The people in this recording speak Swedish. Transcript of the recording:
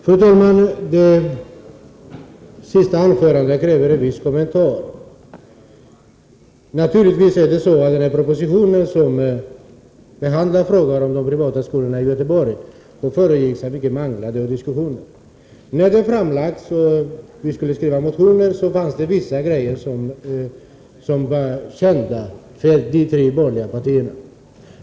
Fru talman! Det sista anförandet kräver en viss kommentar. Naturligtvis är det så att den proposition som behandlar frågan om de privata skolorna i Göteborg föregicks av mycket manglande och långa diskussioner. När den framlagts och vi skulle skriva vår motion, var vissa fakta kända för de tre borgerliga partierna.